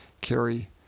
carry